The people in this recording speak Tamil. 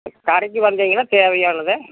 கடைக்கு வந்தீங்கன்னா தேவையானதை